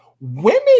Women